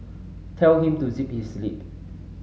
tell him to zip his lip